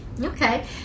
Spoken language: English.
Okay